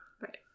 Right